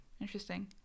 interesting